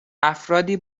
افرادی